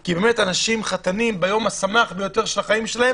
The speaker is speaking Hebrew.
כי חתנים ביום השמח בחייהם,